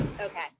Okay